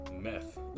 meth